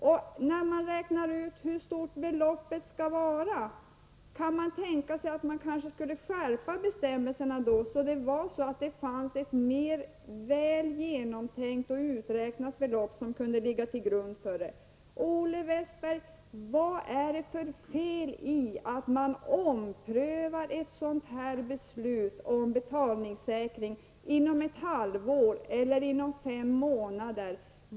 Och när man räknar ut hur stort beloppet skall vara, kan man tänka sig att man kanske skulle skärpa bestämmelserna så att det fanns ett väl genomtänkt och uträknat belopp som kunde ligga till grund för detta? Vad är det för fel, Olle Westberg, i att man omprövar ett sådant här beslut om betalningssäkring inom ett halvår eller inom fem månader?